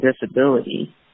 disability